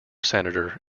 senator